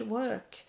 work